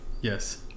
Yes